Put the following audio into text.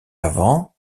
avant